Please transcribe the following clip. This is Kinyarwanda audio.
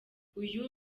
uyu